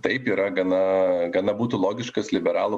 taip yra gana gana būtų logiškas liberalų